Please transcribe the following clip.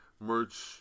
merch